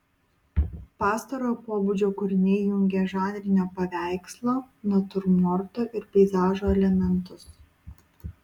pastarojo pobūdžio kūriniai jungė žanrinio paveikslo natiurmorto ir peizažo elementus